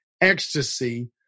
ecstasy